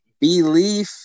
belief